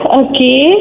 okay